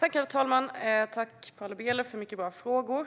Herr talman! Jag vill tacka Paula Bieler för mycket bra frågor.